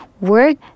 work